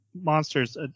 monsters